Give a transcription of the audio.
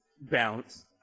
Bounce